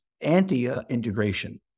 anti-integration